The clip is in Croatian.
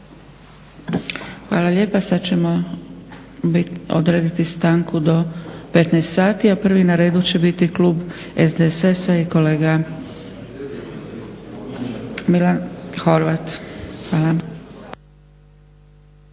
Hvala lijepa. Sad ćemo odrediti stanku do 15,00 sati, a prvi na redu će biti klub SDSS-a i kolega Mile Horvat. Hvala.